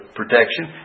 protection